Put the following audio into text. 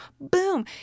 boom